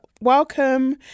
Welcome